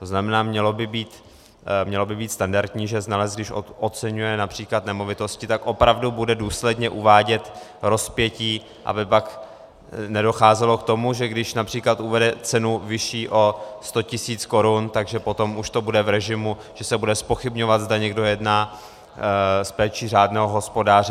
To znamená, mělo by být standardní, že znalec, když oceňuje například nemovitosti, tak opravdu bude důsledně uvádět rozpětí, aby pak nedocházelo k tomu, že když například uvede cenu vyšší o 100 tisíc korun, tak že potom už to bude v režimu, že se bude zpochybňovat, zda někdo jedná s péčí řádného hospodáře.